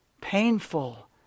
painful